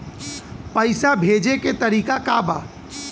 पैसा भेजे के तरीका का बा?